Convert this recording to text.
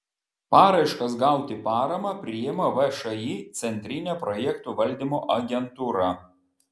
paraiškas gauti paramą priima všį centrinė projektų valdymo agentūra